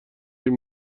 این